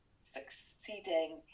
succeeding